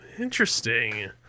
Interesting